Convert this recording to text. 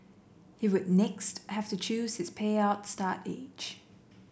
he would next have to choose his payout start age